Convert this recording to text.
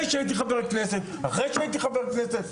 שהייתי חבר כנסת ואחרי שהייתי חבר כנסת.